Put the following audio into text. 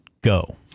go